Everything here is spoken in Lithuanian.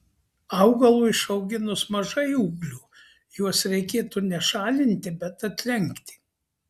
augalui išauginus mažai ūglių juos reikėtų ne šalinti bet atlenkti